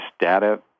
data